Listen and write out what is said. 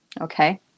Okay